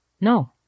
no